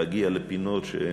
להגיע לפינות.